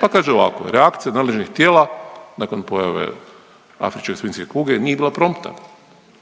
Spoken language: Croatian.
Pa kaže ovako reakcija nadležnih tijela nakon pojave afričke svinjske kuge nije bila promptna.